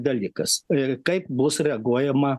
dalykas į kaip bus reaguojama